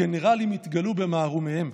הגנרלים התגלו במערומיהם,